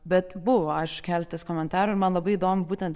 bet buvo aišku keletas komentarų ir man labai įdomu būtent